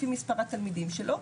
לפי מספר התלמידים שלו,